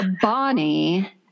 bonnie